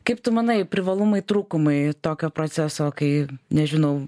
kaip tu manai privalumai trūkumai tokio proceso kai nežinau